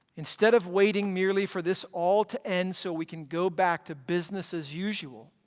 instead of waiting merely for this all to end so we can go back to business as usual,